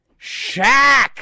Shaq